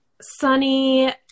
sunny